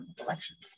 elections